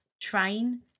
train